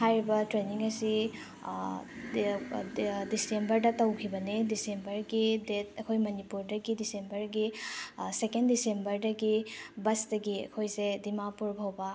ꯍꯥꯏꯔꯤꯕ ꯇ꯭ꯔꯦꯅꯤꯡ ꯑꯁꯤ ꯗꯤꯁꯦꯝꯚꯔꯗ ꯇꯧꯈꯤꯕꯅꯦ ꯗꯤꯁꯦꯝꯚꯔꯒꯤ ꯗꯦꯠ ꯑꯩꯈꯣꯏ ꯃꯅꯤꯄꯨꯔꯗꯒꯤ ꯗꯤꯁꯦꯝꯚꯔꯒꯤ ꯁꯦꯀꯦꯟ ꯗꯤꯁꯦꯝꯚꯔꯗꯒꯤ ꯕꯁꯇꯒꯤ ꯑꯩꯈꯣꯏꯁꯦ ꯗꯤꯃꯥꯄꯨꯔ ꯐꯥꯎꯕ